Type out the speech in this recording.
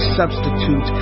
substitute